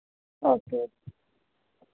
okay